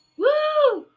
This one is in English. Woo